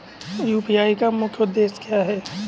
UPI का मुख्य उद्देश्य क्या है?